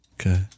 okay